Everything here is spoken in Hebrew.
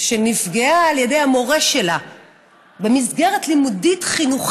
שנפגעה על ידי המורה שלה במסגרת לימודית-חינוכית.